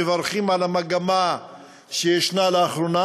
מברכים על המגמה שיש לאחרונה,